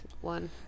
one